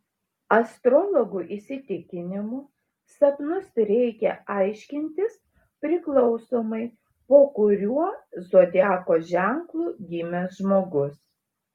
astrologų įsitikinimu sapnus reikia aiškintis priklausomai po kuriuo zodiako ženklu gimęs žmogus